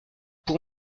pour